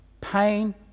pain